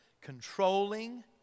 controlling